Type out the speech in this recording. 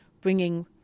bringing